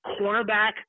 cornerback